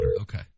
Okay